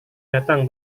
datang